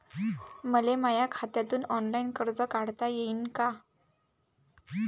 मले माया खात्यातून ऑनलाईन कर्ज काढता येईन का?